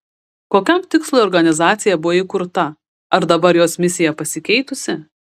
kokiam tikslui organizacija buvo įkurta ar dabar jos misija pasikeitusi